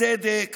הצדק